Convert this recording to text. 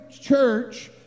church